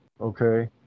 okay